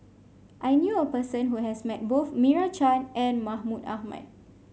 I knew a person who has met both Meira Chand and Mahmud Ahmad